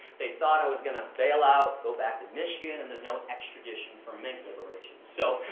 they thought i was gonna bail out, go back to michigan, and there's no extradition for mink liberation. so,